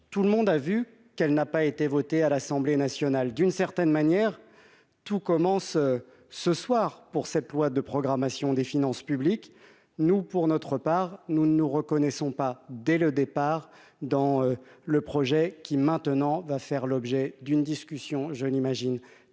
tout le monde a vu qu'elle n'a pas été voté à l'Assemblée nationale, d'une certaine manière, tout commence ce soir pour cette loi de programmation des finances publiques, nous, pour notre part, nous ne nous reconnaissons pas dès le départ dans le projet, qui maintenant va faire l'objet d'une discussion, je n'imagine